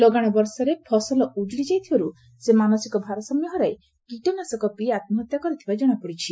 ଲଗାଶ ବର୍ଷାରେ ଫସଲ ଉକ୍କୁଡ଼ି ଯାଇଥିବାରୁ ସେ ମାନସିକ ଭାରସାମ୍ୟ ହରାଇ କୀଟନାସକ ପିଇ ଆତ୍କହତ୍ୟା କରିଥିବା ଜଣାପଡ଼ିଛି